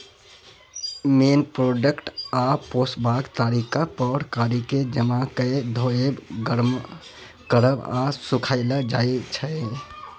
मेन product आ पोसबाक तरीका पर कीराकेँ जमा कए धोएब, गर्म करब आ सुखाएल जाइ छै